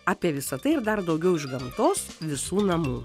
apie visa tai ir dar daugiau už gamtos visų namų